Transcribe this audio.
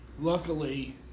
luckily